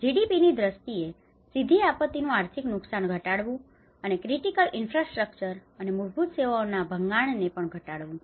GDPની દ્રષ્ટિએ સીધી આપત્તિનુ આર્થિક નુકસાન ઘટાડવુ અને ક્રીટીકલ ઈન્ફ્રાસ્ટ્રક્ચર અને મૂળભૂત સેવાઓના ભંગાણને પણ ઘટાડવું